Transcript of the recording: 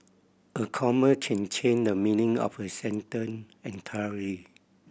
a comma can change the meaning of a sentence entirely